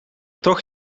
toch